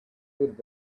fit